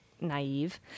naive